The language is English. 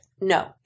No